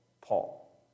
Paul